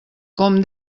com